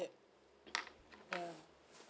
yup ya